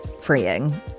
freeing